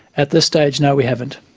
at this stage, no we haven't.